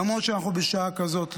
למרות שאנחנו בשעה כזאת,